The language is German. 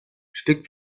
stück